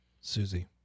Susie